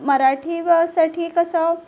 मराठी व साठी कसं